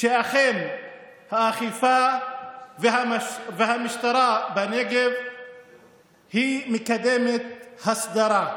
שאכן האכיפה והמשטרה בנגב מקדמת הסדרה.